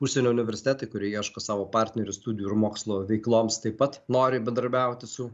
užsienio universitetai kurie ieško savo partnerių studijų ir mokslo veikloms taip pat nori bendradarbiauti su